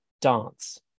dance